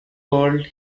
hold